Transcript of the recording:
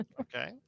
Okay